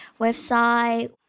website